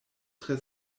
tre